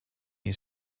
you